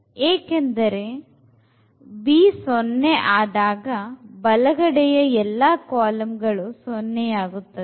ಏಕೆಂದರೆ b 0 ಆದಾಗ ಬಲಗಡೆಯ ಎಲ್ಲಾ ಕಾಲಂಗಳು 0 ಆಗುತ್ತದೆ